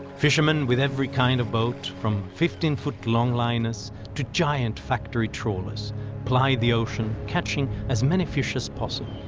fishermen with every kind of boat from fifteen foot long-liners to giant factory trawlers plied the ocean, catching as many fish as possible.